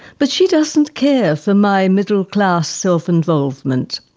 but she doesn't care for my middle-class self-involvement.